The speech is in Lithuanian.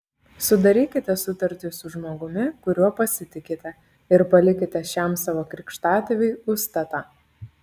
sudarykite sutartį su žmogumi kuriuo pasitikite ir palikite šiam savo krikštatėviui užstatą